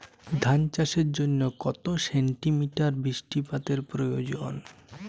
ধান চাষের জন্য কত সেন্টিমিটার বৃষ্টিপাতের প্রয়োজন?